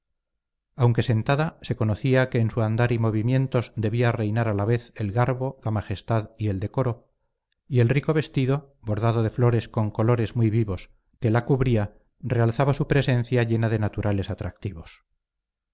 aunque sentada se conocía que en su andar y movimientos debían reinar a la vez el garbo la majestad y el decoro y el rico vestido bordado de flores con colores muy vivos que la cubría realzaba su presencia llena de naturales atractivos